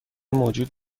موجود